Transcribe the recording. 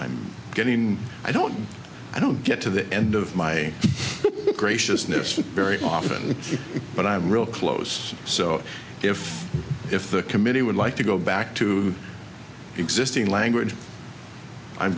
'm getting i don't i don't get to the end of my graciousness with very often but i'm real close so if if the committee would like to go back to the existing language i'm